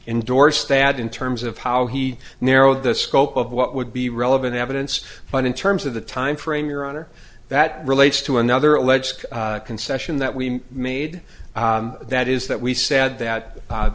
endorsed stad in terms of how he narrowed the scope of what would be relevant evidence but in terms of the time frame your honor that relates to another alleged concession that we made that is that we said that